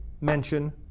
mention